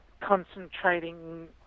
concentrating